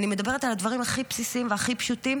אני מדברת על הדברים הכי בסיסיים והכי פשוטים